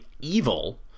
evil